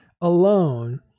alone